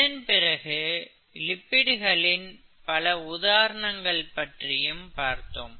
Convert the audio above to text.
இதன்பிறகு லிப்பிடுகளின் பல உதாரணங்களைப் பார்த்தோம்